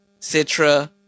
citra